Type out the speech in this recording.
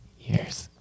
years